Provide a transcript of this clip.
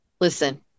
listen